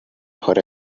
horizon